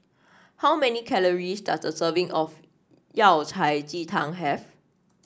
how many calories does a serving of Yao Cai Ji Tang have